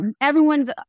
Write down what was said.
everyone's